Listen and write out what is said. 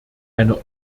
eine